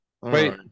Wait